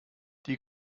die